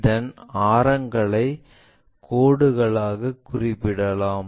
இதன் ஆரங்களை கோடுகளாக குறிப்பிடலாம்